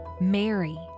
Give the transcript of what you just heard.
Mary